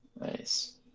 Nice